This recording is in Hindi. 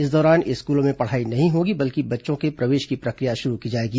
इस दौरान स्कूलों में पढ़ाई नहीं होगी बल्कि बच्चों के प्रवेश की प्रशिक्र या शुरू की जाएगी